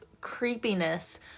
creepiness